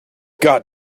got